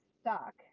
stuck